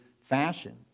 fashion